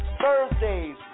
Thursdays